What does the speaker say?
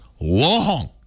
long